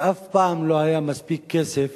שאף פעם לא היה מספיק כסף